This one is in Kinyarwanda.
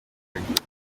bagize